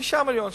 5 מיליוני שקל.